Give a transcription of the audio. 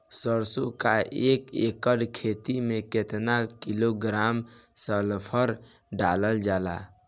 सरसों क एक एकड़ खेते में केतना किलोग्राम सल्फर डालल जाला?